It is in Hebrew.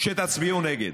שתצביעו נגד.